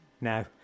No